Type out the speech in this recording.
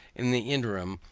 in the interim,